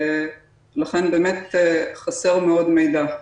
לכן, באמת חסר מאוד מידע.